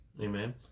Amen